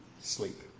sleep